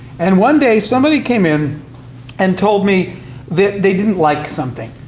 and one day, somebody came in and told me that they didn't like something,